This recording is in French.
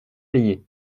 payées